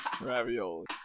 ravioli